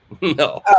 no